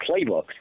playbooks